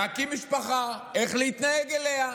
להקים משפחה, איך להתנהג אליה,